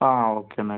ആ ഓക്കെ എന്നാൽ